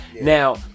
Now